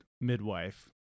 midwife